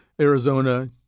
Arizona